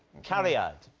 cariad,